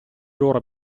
loro